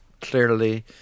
clearly